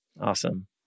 Awesome